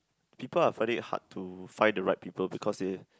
people are find it hard to find the right people because it's